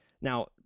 now